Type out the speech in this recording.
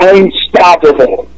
Unstoppable